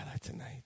tonight